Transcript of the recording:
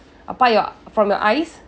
apart your from your eyes